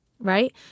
Right